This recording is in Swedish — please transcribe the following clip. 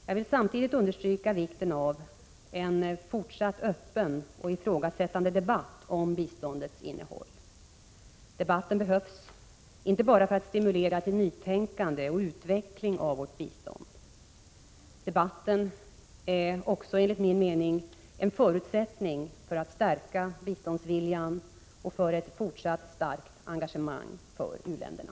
Jag vill samtidigt understryka vikten av en fortsatt öppen och ifrågasättande debatt om biståndets innehåll. Debatten behövs inte bara för att stimulera till nytänkande och utveckling av vårt bistånd. Debatten är också enligt min mening en förutsättning för att stärka biståndsviljan och för ett fortsatt starkt engagemang för u-länderna.